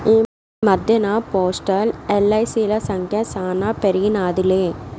ఈ మద్దెన్న పోస్టల్, ఎల్.ఐ.సి.ల సంఖ్య శానా పెరిగినాదిలే